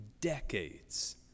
decades